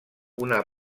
una